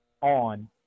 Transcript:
on